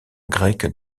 grec